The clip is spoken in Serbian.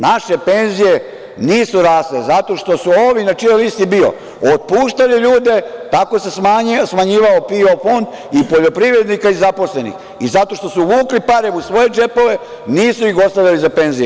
Naše penzije nisu rasle zato što su ovi, na čijoj listi je bio, otpuštali ljude, tako se smanjivao PIO fonda i poljoprivrednika i zaposlenih i zato što su vukli pare u svoje džepove, nisu ih ostavljali za penzije.